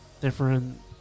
different